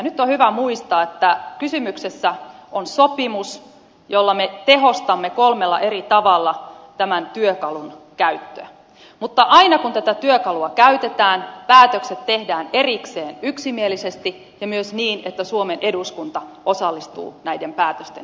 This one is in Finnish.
nyt on hyvä muistaa että kysymyksessä on sopimus jolla me tehostamme kolmella eri tavalla tämän työkalun käyttöä mutta aina kun tätä työkalua käytetään päätökset tehdään erikseen yksimielisesti ja myös niin että suomen eduskunta osallistuu näiden päätösten tekemiseen